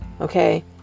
okay